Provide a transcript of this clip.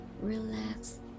Relax